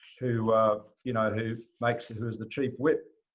who you know who makes who who is the chief whip.